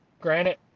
Granted